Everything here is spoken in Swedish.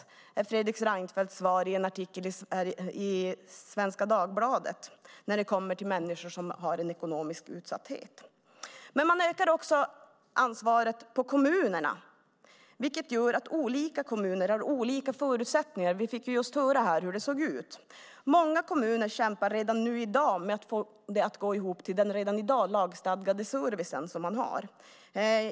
Det är Fredrik Reinfeldts svar i en artikel i Svenska Dagbladet när det handlar om människor som har en ekonomisk utsatthet. Man ökar också kommunernas ansvar, vilket gör att olika kommuner har olika förutsättningar. Vi fick just höra här hur det ser ut. Många kommuner kämpar redan nu med att få det att gå ihop till den redan i dag lagstadgade servicen.